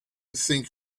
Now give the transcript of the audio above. think